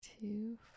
Two